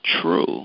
true